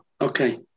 okay